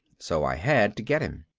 so i had to get him.